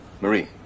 Marie